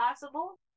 possible